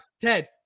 Ted